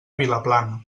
vilaplana